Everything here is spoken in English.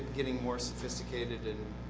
and getting more sophisticated. and